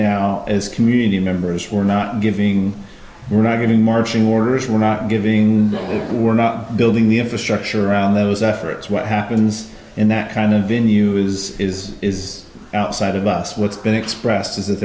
now as community members for not giving we're not giving marching orders we're not giving we're not building the infrastructure around those efforts what happens in that kind of venue is is is outside of us what's been expressed is that